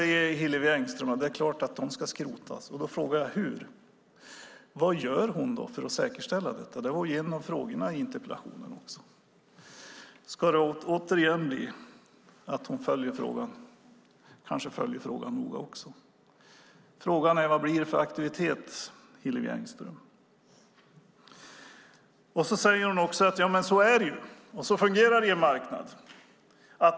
Hillevi Engström säger att det är klart att de ska skrotas. Men hur ska det ske? Vad gör hon för att säkerställa detta? Det var också en av frågorna i interpellationen. Ska svaret återigen bli att hon följer frågan eller kanske följer frågan noga? Men vad blir det för aktivitet, Hillevi Engström? Hon säger att det fungerar så på en marknad.